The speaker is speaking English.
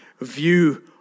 view